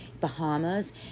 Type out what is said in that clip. Bahamas